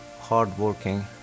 hardworking